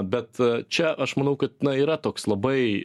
bet čia aš manau kad na yra toks labai